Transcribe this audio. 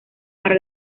para